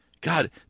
God